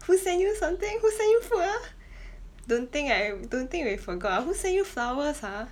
who send you something who send you food ah don't think I don't think we forgot ah who send you flowers ah